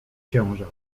ciężar